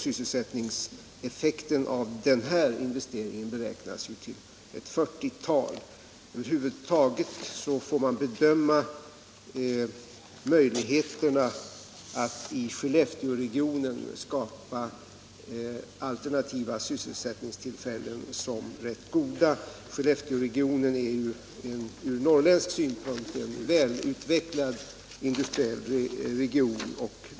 Sysselsättningseffekten av denna investering beräknas till ett fyrtiotal arbetstillfällen. Över huvud taget får man bedöma möjligheterna att i Skellefteåregionen skapa alternativa sysselsättningstillfällen som rätt goda. Skellefteåregionen är från norrländsk synpunkt en väl utvecklad industriregion.